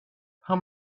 how